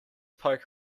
poke